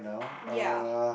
ya